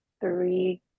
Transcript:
three